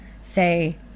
say